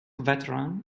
veteran